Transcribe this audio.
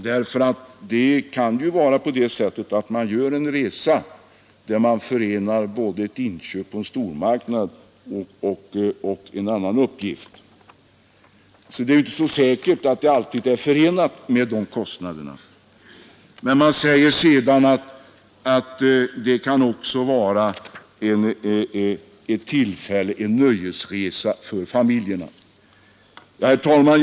Man kan givetvis göra en sådan resa på det sättet att man förenar inköpen på stormarknaden med något annat ärende. Det är inte säkert, menar jag, att en inköpsresa alltid är förenad med dessa kostnader. Det framhålls också att resan kan vara en nöjesresa för familjen. Herr talman!